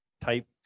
type